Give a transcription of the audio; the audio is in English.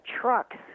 trucks